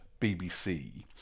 BBC